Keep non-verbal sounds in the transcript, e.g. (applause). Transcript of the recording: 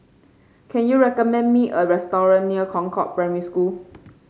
can you recommend me a (unintelligible) near Concord Primary School